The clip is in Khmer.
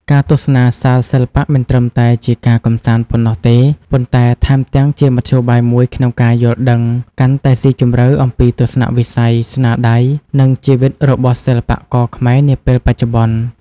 ការទស្សនាសាលសិល្បៈមិនត្រឹមតែជាការកម្សាន្តប៉ុណ្ណោះទេ ប៉ុន្តែថែមទាំងជាមធ្យោបាយមួយក្នុងការយល់ដឹងកាន់តែស៊ីជម្រៅអំពីទស្សនៈវិស័យ ស្នាដៃ និងជីវិតរបស់សិល្បករខ្មែរនាពេលបច្ចុប្បន្ន។